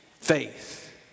faith